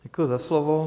Děkuji za slovo.